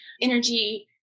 energy